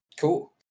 Cool